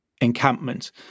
encampment